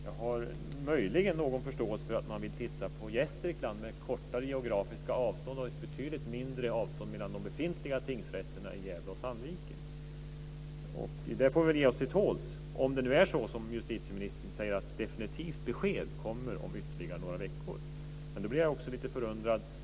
Jag har möjligen någon förståelse för att man vill titta på Gästrikland, med kortare geografiska avstånd och ett betydligt mindre avstånd mellan de befintliga tingsrätterna i Gävle och Sandviken. Vi får väl ge oss till tåls, om det nu är så som justitieministern säger att definitivt besked kommer om ytterligare några veckor. Men jag blir lite förundrad.